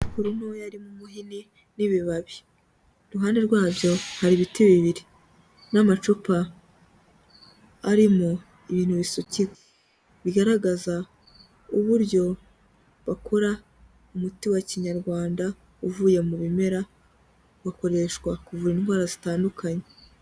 Amakuru ntoya Arimo umuhini n'ibibabi iruhande rwabyo hari ibiti bibiri n'amacupa arimo ibintu bisukika bigaragaza uburyo bakora umuti wa kinyarwanda uvuye mu bimera bakoreshwa kuvura indwara zitandukanye.